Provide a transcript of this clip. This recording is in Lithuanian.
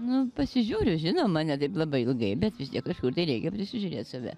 nu pasižiūriu žinoma ne taip labai ilgai bet vis tiek kažkur tai reikia prisižiūrėt save